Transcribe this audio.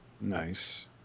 nice